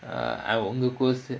uh I won't go close